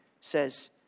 says